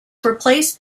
replaced